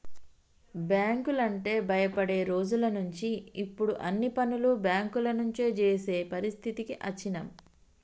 బ్యేంకులంటే భయపడే రోజులనుంచి ఇప్పుడు అన్ని పనులు బ్యేంకుల నుంచే జేసే పరిస్థితికి అచ్చినం